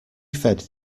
fed